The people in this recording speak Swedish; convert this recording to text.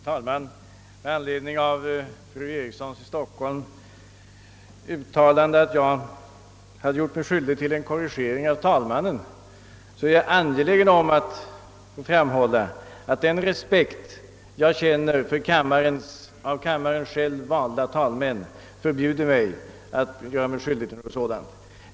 Herr talman! Med anledning av fru Erikssons i Stockholm uttalande, att jag hade gjort mig skyldig till en korrigering av talmannen, är jag angelägen att framhålla att den respekt jag känner för kammarens av kammaren själv valda talmän förbjuder mig att göra något sådant.